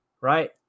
right